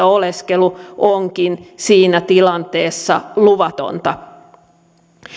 oleskelu onkin siinä tilanteessa luvatonta